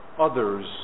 others